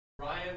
ryan